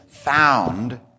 Found